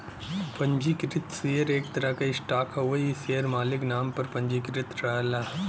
पंजीकृत शेयर एक तरह क स्टॉक हउवे इ शेयर मालिक नाम पर पंजीकृत रहला